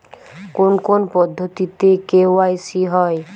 কোন কোন পদ্ধতিতে কে.ওয়াই.সি হয়?